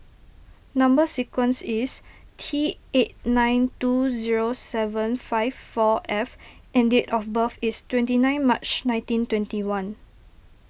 Number Sequence is T eight nine two zero seven five four F and date of birth is twenty nine March nineteen twenty one